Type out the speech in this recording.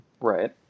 Right